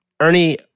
Ernie